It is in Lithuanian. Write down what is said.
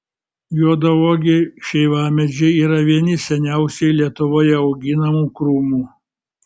juodauogiai šeivamedžiai yra vieni seniausiai lietuvoje auginamų krūmų